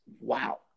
wow